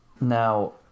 Now